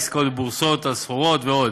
עסקאות בבורסות הסחורות ועוד.